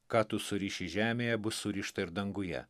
ką tu suriši žemėje bus surišta ir danguje